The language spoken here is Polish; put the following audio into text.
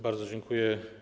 Bardzo dziękuję.